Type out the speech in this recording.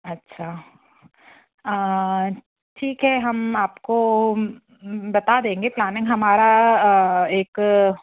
अच्छा ठीक है हम आपको बता देंगे प्लानिंग हमारा एक